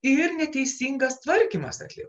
ir neteisingas tvarkymas atliekų